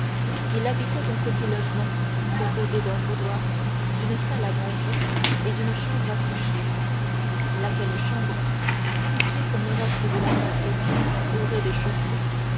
il habitait un petit logement composé d'un boudoir d'une salle à manger et d'une chambre à coucher laquelle chambre située comme le reste de l'appartement au rez-dechaussée